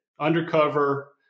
Undercover